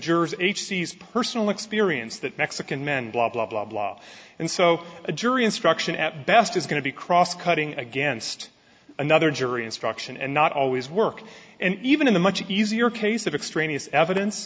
sees personal experience that mexican men blah blah blah blah and so a jury instruction at best is going to be cross cutting against another jury instruction and not always work and even in the much easier case of extraneous evidence